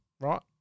Right